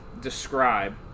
describe